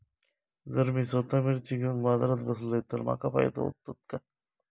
जर मी स्वतः मिर्ची घेवून बाजारात बसलय तर माका फायदो होयत काय?